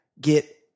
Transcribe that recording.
get